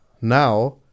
Now